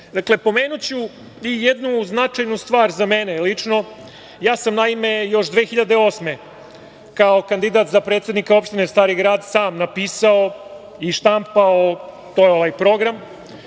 49.Dakle, pomenuću jednu značajnu stvar za mene lično. Naime, ja sam još 2008. godine kao kandidat za predsednika opštine Stari Grad, sam napisao i štampao, to je ovaj program,